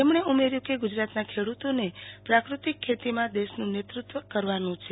તેમણે ઉમેર્યું કે ગુજરાતના ખ્કે તોને પ્રાકૃતિક ખેતીમાં દેશનું નેતૃત્વ કરવાનું છે